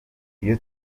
iyo